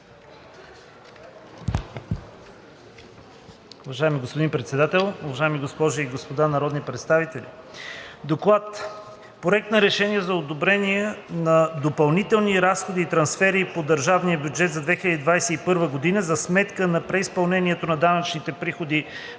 Уважаеми господин Председател, уважаеми госпожи и господа народни представители! „ДОКЛАД относно Проект на решение за одобряване на допълнителни разходи и трансфери по държавния бюджет за 2021 г. за сметка на преизпълнението на данъчните приходи